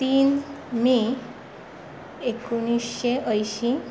तीन मे एकुणशे अंयशी